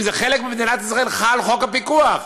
אם זה חלק ממדינת ישראל, חל חוק הפיקוח.